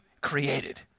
created